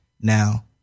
Now